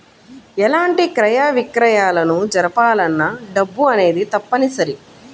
ఎలాంటి క్రయ విక్రయాలను జరపాలన్నా డబ్బు అనేది తప్పనిసరి